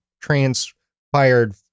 transpired